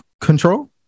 control